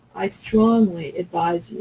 i strongly advise you,